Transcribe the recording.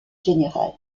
général